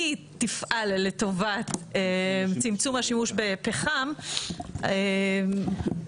היא תפעל לטובת צמצום השימוש בפחם --- גבירתי,